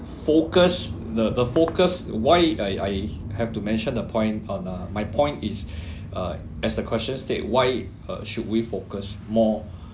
focus the the focus why I I have to mention the point on uh my point is uh as the questions state why uh should we focus more